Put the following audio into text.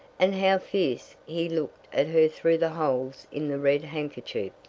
and how fierce he looked at her through the holes in the red handkerchief.